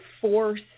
force